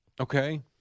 Okay